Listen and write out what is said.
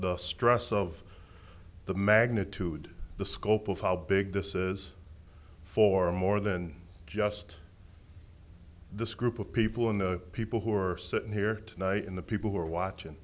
the stress of the magnitude the scope of how big this is for more than just this group of people in the people who are sitting here tonight and the people who are watching